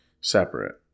separate